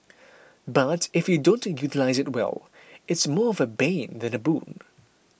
but if you don't utilise it well it's more of bane than a boon